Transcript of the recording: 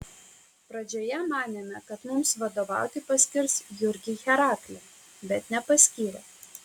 pradžioje manėme kad mums vadovauti paskirs jurgį heraklį bet nepaskyrė